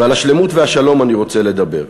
ועל השלמות והשלום אני רוצה לדבר.